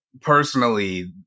personally